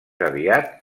aviat